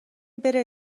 بره